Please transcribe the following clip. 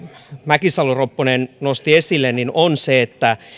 mäkisalo ropponen nosti esille on se että